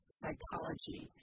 psychology